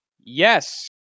Yes